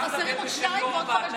אתה מדבר בשם יו"ר הוועדה?